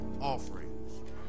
offerings